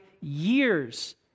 years